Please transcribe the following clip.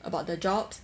about the jobs